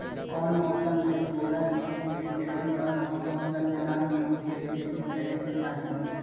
कौन मौसम में भूरा गेहूं के खेती और कौन मौसम मे लाल गेंहू के खेती करे के चाहि?